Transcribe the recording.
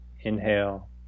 inhale